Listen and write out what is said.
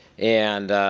and